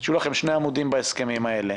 יהיו לכם שני עמודים בהסכמים האלה.